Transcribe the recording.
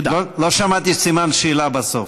לא שמעתי סימן שאלה בסוף.